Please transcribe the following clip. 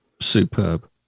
Superb